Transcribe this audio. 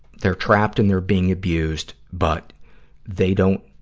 they're trapped and they're being abused, but they don't,